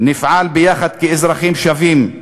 נפעל יחד כאזרחים שווים.